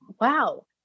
wow